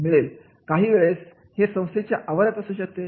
काही वेळेस हे संस्थेच्या आवारात असू शकते